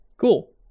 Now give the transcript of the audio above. Cool